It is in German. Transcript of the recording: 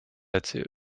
erzählt